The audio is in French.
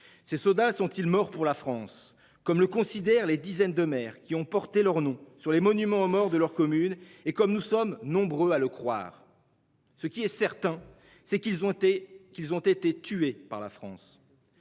Ces sodas sont-ils morts pour la France comme le considère les dizaines de maires qui ont porté leurs noms sur les monuments aux morts de leurs communes, et comme nous sommes nombreux à le croire. Ce qui est certain, c'est qu'ils ont été qu'ils ont